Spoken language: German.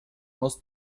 aus